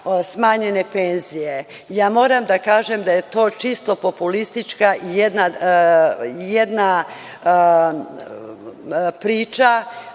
smanjene penzije. Ja moram da kažem da je to čisto populistička i jedna priča.